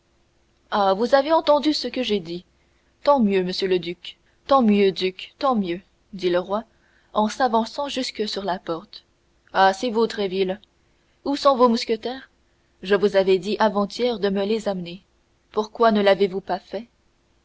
ah vous avez entendu ce que j'ai dit tant mieux duc tant mieux dit le roi en s'avançant jusque sur la porte ah c'est vous tréville où sont vos mousquetaires je vous avais dit avant-hier de me les amener pourquoi ne l'avez-vous pas fait